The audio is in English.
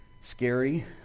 scary